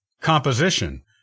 composition